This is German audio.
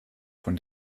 von